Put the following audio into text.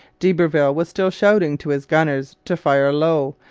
d'iberville was still shouting to his gunners to fire low,